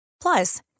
Plus